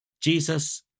Jesus